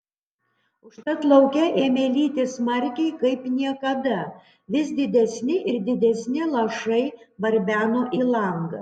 užtat lauke ėmė lyti smarkiai kaip niekada vis didesni ir didesni lašai barbeno į langą